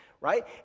right